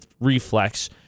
reflex